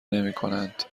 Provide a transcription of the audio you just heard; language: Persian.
نمیکنند